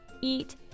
eat